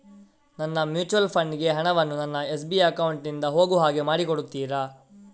ನನ್ನ mutual fund ಗೆ ಹಣ ವನ್ನು ನನ್ನ ಎಸ್.ಬಿ ಅಕೌಂಟ್ ನಿಂದ ಹೋಗು ಹಾಗೆ ಮಾಡಿಕೊಡುತ್ತೀರಾ?